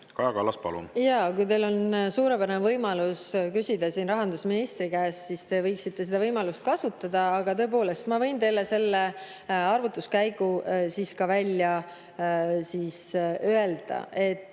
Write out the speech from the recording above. Kaja Kallas, palun! Kui teil on suurepärane võimalus küsida seda siin rahandusministri käest, siis te võiksite seda võimalust kasutada. Aga tõepoolest, ma võin teile selle arvutuskäigu ka ise välja öelda.